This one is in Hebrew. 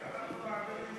חברים, למה אני מתנגד להצעת